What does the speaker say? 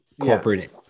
corporate